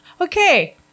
Okay